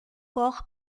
corre